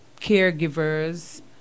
caregivers